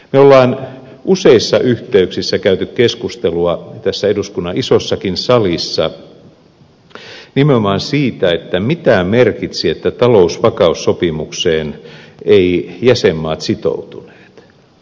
me olemme useissa yhteyksissä käyneet keskustelua tässä eduskunnan isossakin salissa nimenomaan siitä mitä merkitsi että talousvakaussopimukseen eivät jäsenmaat sitoutuneet